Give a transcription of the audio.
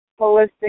holistic